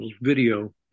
video